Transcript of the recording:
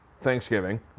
Thanksgiving